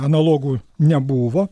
analogų nebuvo